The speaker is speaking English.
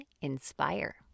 inspire